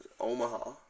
Omaha